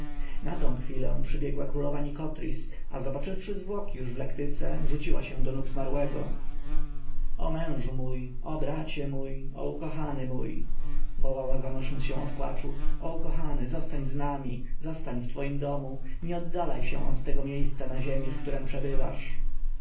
na tę chwilę przybiegła królowa nikotris a zobaczywszy zwłoki już w lektyce rzuciła się do nóg zmarłego o mężu mój o bracie mój o ukochany mój wołała zanosząc się od płaczu o ukochany zostań z nami zostań w twoim domu nie oddalaj się od tego miejsca na ziemi w którem przebywasz